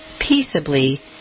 peaceably